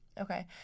okay